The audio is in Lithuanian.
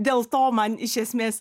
dėl to man iš esmės